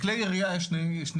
בכלי ירייה יש שתי סקציות,